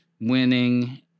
winning